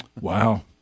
Wow